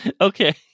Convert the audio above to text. Okay